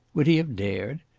would he have dared?